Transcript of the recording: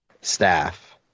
staff